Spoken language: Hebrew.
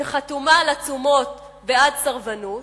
שחתומה על עצומות בעד סרבנות,